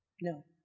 No